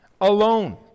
alone